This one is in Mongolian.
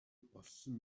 болсон